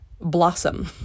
blossom